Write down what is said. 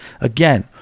Again